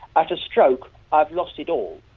at a stroke i've lost it all.